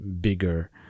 bigger